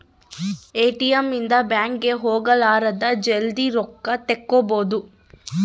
ATM ಇಂದ bank ಗೆ ಹೋಗಲಾರದ ಜಲ್ದೀ ರೊಕ್ಕ ತೆಕ್ಕೊಬೋದು